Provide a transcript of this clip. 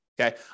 Okay